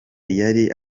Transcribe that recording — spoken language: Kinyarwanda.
yari